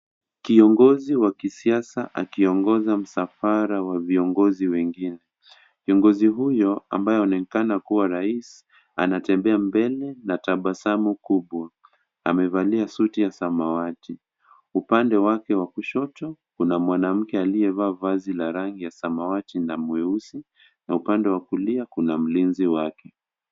Kiongozi wa kisiasa akiongoza msafara wa viongozi wengine. Kiongozi huyo ambaye ananonekana kuwa rais anatembea mbele na tabasamu kubwa. Amevalia suti ya samawati. Upande wake wa kushoto kuna mwanamke aliyevaa vazi la rangi ya samawati na mweusi na upande wa kulia kuna mlinzi wake.